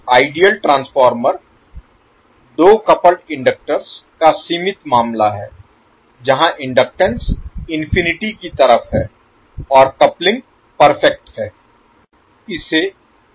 ideal transformer दो coupled inductors का सीमित मामला है जहां इनडक्टेंस इनफिनिटी की तरफ है और कपलिंग परफेक्ट है